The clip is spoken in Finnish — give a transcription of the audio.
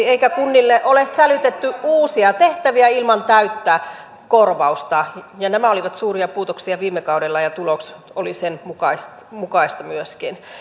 eikä kunnille ole sälytetty uusia tehtäviä ilman täyttä korvausta nämä olivat suuria puutoksia viime kaudella ja tulos oli sen mukaista myöskin